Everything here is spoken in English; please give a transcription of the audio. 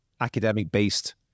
academic-based